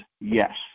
yes